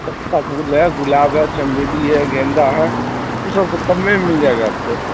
سستا پھول ہے گلاب ہے چنبیلی ہے گیندا ہے وہ سب تو کمے میں مل جائے گا آپ کو